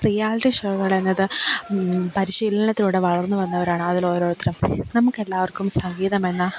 reality ഷോകൾ എന്നത് പരിശീലനത്തിലൂടെ വളർന്ന് വന്നവരാണ് അതിൽ ഓരോരുത്തരും നമുക്ക് എല്ലാവർക്കും സംഗീതമെന്ന